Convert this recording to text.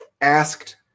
asked